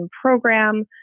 Program